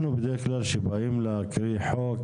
אנחנו בדרך כלל כשבאים להקריא חוק,